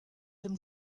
him